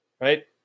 right